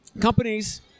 companies